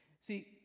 See